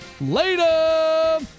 Later